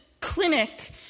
clinic